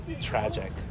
tragic